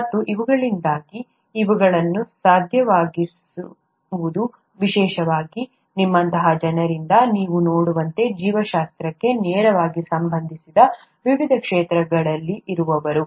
ಮತ್ತು ಇವುಗಳಿಂದಾಗಿ ಇವುಗಳನ್ನು ಸಾಧ್ಯವಾಗಿಸುವುದು ವಿಶೇಷವಾಗಿ ನಿಮ್ಮಂತಹ ಜನರಿಂದ ನೀವು ನೋಡುವಂತೆ ಜೀವಶಾಸ್ತ್ರಕ್ಕೆ ನೇರವಾಗಿ ಸಂಬಂಧಿಸದ ವಿವಿಧ ಕ್ಷೇತ್ರಗಳಲ್ಲಿ ಇರುವವರು